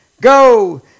go